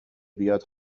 بیاد